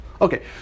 Okay